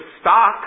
stock